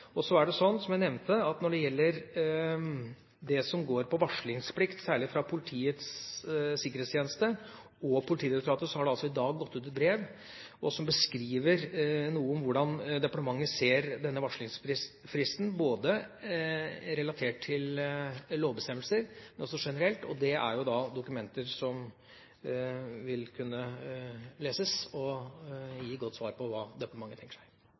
Som jeg nevnte: Når det gjelder varslingsplikt, særlig fra Politiets sikkerhetstjeneste og Politidirektoratet, har det i dag gått ut et brev som beskriver noe om hvordan departementet ser på denne varslingsfristen, både relatert til lovbestemmelser og generelt. Og det er dokumenter som vil kunne leses og gi godt svar på hva departementet tenker seg.